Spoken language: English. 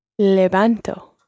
Levanto